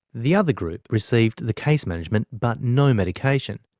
the other group received the case management but no medication.